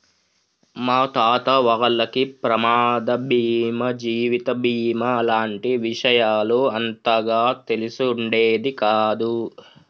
మా తాత వాళ్లకి ప్రమాద బీమా జీవిత బీమా లాంటి విషయాలు అంతగా తెలిసి ఉండేది కాదు